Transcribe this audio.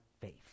faith